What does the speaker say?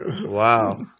Wow